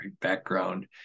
background